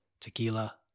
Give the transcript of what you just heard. tequila